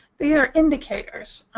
these are indicators.